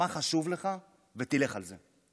מה חשוב לך ותלך על זה.